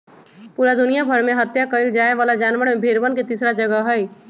पूरा दुनिया भर में हत्या कइल जाये वाला जानवर में भेंड़वन के तीसरा जगह हई